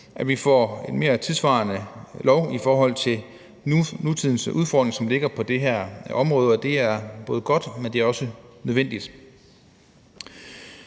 at vi får en mere tidssvarende lov i forhold til nutidens udfordringer, som er på det her område. Det er både godt, men det er også nødvendigt.